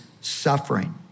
suffering